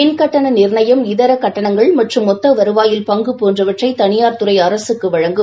மின் கட்டண நிர்ணயம் இதர கட்டணங்கள் மற்றும் மொத்த வருவாயில் பங்கு போன்றவற்றை தனியார் துறை அரசுக்கு வழங்கும்